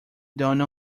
done